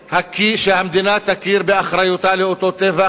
שהמדינה תכיר באחריותה לאותו טבח.